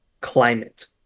climate